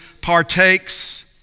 partakes